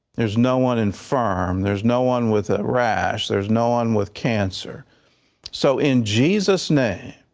there's no one in firm there's no one with a rash. there's no one with cancer so in jesus name,